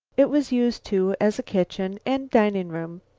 it was used too as kitchen and dining room.